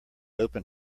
open